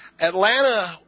Atlanta